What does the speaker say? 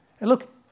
look